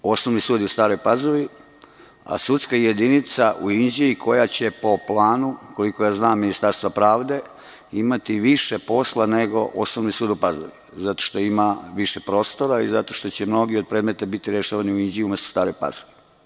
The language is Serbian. Osnovni sud je u Staroj Pazovi, a sudska jedinica u Inđiji koja će po planu, koliko znam, Ministarstva pravde imati više posla nego Osnovni sud u Pazovi, zato što ima više prostora i zato što će mnogi od predmeta biti rešavani u Inđiji umesto u Staroj Pazovi.